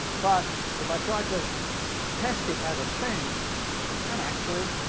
but if i try to test it as a thing and actually,